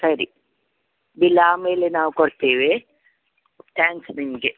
ಸರಿ ಬಿಲ್ ಆಮೇಲೆ ನಾವು ಕೊಡ್ತೇವೆ ತ್ಯಾಂಕ್ಸ್ ನಿಮಗೆ